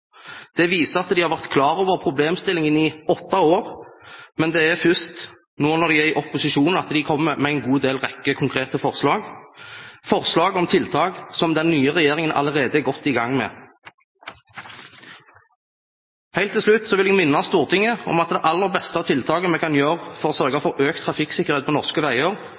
Det viser at de har vært klar over problemstillingen i åtte år, men det er først nå når de er i opposisjon, at de kommer med en rekke konkrete forslag om tiltak – forslag som den nye regjeringen allerede er godt i gang med. Helt til slutt vil jeg minne Stortinget om at det aller beste tiltaket vi kan gjøre for å sørge for økt trafikksikkerhet på norske veier,